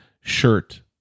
shirt